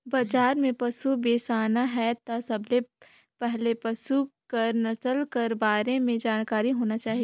बजार में पसु बेसाना हे त सबले पहिले पसु कर नसल कर बारे में जानकारी होना चाही